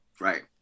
right